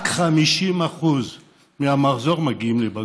רק 50% מהמחזור מגיעים לבגרות,